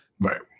Right